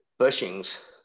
bushings